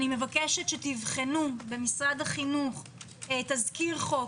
אני מבקשת שתבחנו במשרד החינוך תזכיר חוק,